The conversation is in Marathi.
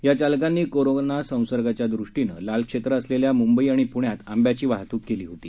या चालकांनी कोरोनासंसर्गाच्यादृष्टीनं लाल क्षेत्र असलेल्या मुंबई आणि पुण्यात आंब्याची वाहतूक केली होती